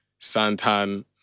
Santan